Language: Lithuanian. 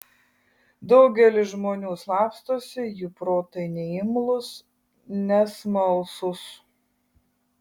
daugelis žmonių slapstosi jų protai neimlūs nesmalsūs